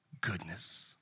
goodness